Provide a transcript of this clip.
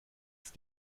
ist